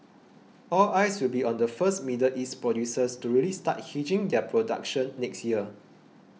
all eyes will be on the first Middle East producers to really start hedging their production next year